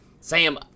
Sam